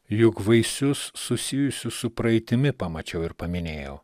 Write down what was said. juk vaisius susijusių su praeitimi pamačiau ir paminėjau